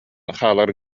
хаалар